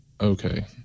Okay